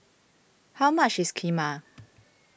how much is Kheema